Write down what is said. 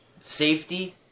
Safety